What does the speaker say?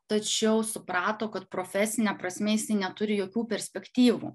tačiau suprato kad profesine prasme jisai neturi jokių perspektyvų